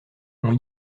ont